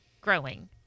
growing